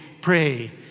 pray